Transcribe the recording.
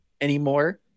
anymore